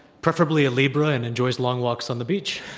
preferably a libra, and enjoys long walks on the beach.